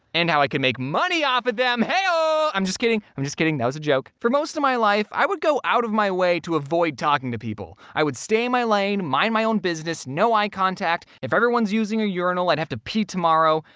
and how i can make money off of them, heyoooo! ah i'm just kidding, i'm just kidding. that was a joke. for most of my life, i would go out of my way to avoid talking to people. i would stay in my lane, mind my own business, no eye contact! if everyone's using a urinal, i'd have to pee tomorrow!